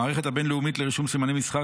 המערכת הבין-לאומית לרישום סימני מסחר,